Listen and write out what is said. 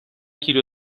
کیلو